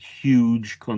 huge